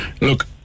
look